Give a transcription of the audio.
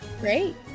Great